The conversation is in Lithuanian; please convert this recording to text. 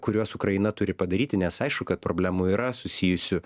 kuriuos ukraina turi padaryti nes aišku kad problemų yra susijusių